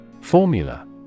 Formula